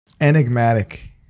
enigmatic